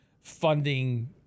funding